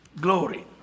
Glory